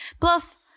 Plus